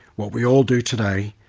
what we all do today,